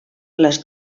les